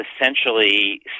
essentially